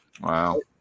Wow